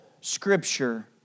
Scripture